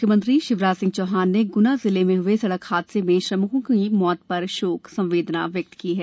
म्ख्यमंत्री शिवराज सिंह चौहान ने ग्ना जिले में हुए एक सड़क हादसे में श्रमिकों की मृत्यु पर शोक संवेदना व्यक्त की है